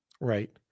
right